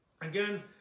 again